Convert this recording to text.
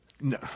No